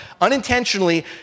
unintentionally